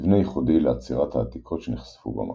מבנה ייחודי לאצירת העתיקות שנחשפו במקום.